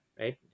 Right